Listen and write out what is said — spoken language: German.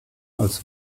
als